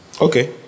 Okay